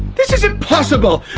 this is impossible,